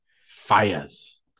Fires